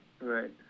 right